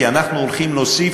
כי אנחנו הולכים להוסיף